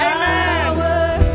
Amen